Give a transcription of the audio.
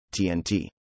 TNT